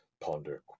ponder